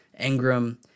Engram